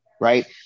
right